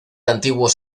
antiguos